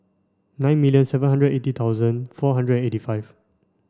nine million seven hundred eighty thousand four hundred eighty five